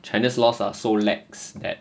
china's laws are so lax that